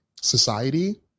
society